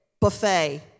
Buffet